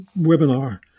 webinar